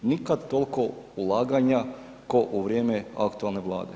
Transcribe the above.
Nikada toliko ulaganja kao u vrijeme aktualne Vlade.